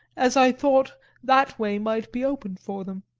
as i thought that way might be opened for them.